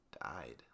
died